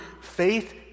faith